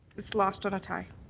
it's lost on a tie.